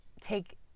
take